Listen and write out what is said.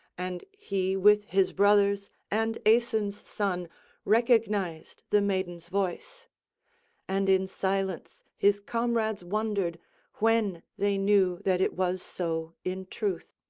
and he with his brothers and aeson's son recognised the maiden's voice and in silence his comrades wondered when they knew that it was so in truth.